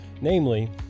Namely